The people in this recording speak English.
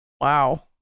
Wow